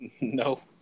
No